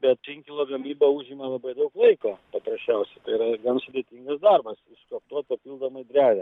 bet inkilo gamyba užima labai daug laiko paprasčiausiai tai yra gan sudėtingas darbas išskoptuot papildomai drevę